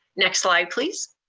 next slide please.